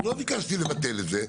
אז לא ביקשתי לבטל את זה,